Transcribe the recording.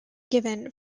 given